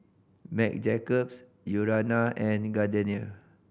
Marc Jacobs Urana and Gardenia